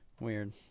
Weird